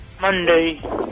Monday